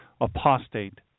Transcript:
apostate